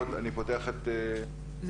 שר המשפטים,